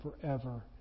forever